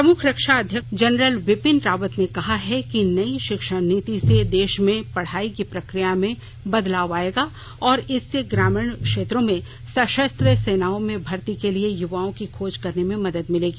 प्रमुख रक्षा अध्यक्ष जनरल बिपिन रावत ने कहा है कि नई शिक्षा नीति से देश में पढ़ाई की प्रक्रिया में बदलाव आएगा और इससे ग्रामीण क्षेत्रों से सशस्त्र सेनाओं में भर्ती के लिए युवाओं की खोज करने में मदद मिलेगी